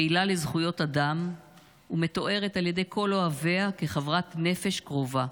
פעילת זכויות אדם ומתוארת על ידי כל אוהביה כחברת נפש קרובה.